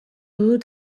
dut